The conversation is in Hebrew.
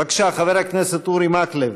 בבקשה, חבר הכנסת אורי מקלב